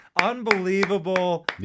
unbelievable